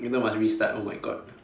if not must restart oh my god